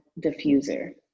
diffuser